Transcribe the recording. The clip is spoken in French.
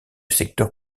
secteur